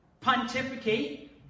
pontificate